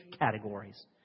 categories